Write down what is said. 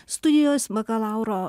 studijos bakalauro